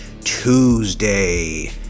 Tuesday